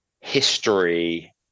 history